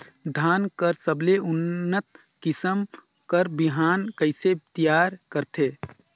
धान कर सबले उन्नत किसम कर बिहान कइसे तियार करथे?